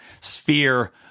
sphere